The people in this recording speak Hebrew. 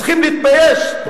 צריכים להתבייש.